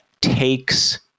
takes